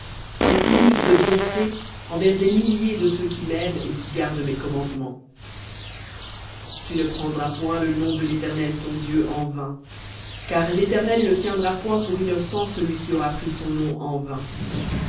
et qui use de bonté envers des milliers de ceux qui m'aiment et qui gardent mes commandements tu ne prendras point le nom de l'éternel ton dieu en vain car l'éternel ne tiendra point pour innocent celui qui aura pris son nom en vain